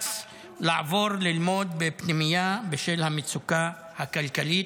נאלץ לעבור ללמוד בפנימייה בשל המצוקה הכלכלית,